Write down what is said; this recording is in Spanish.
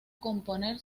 componer